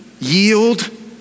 yield